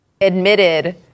admitted